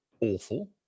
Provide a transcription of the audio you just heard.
awful